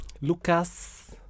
Lucas